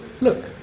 look